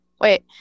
Wait